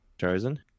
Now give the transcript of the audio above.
chosen